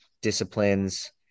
disciplines